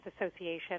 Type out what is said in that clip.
Association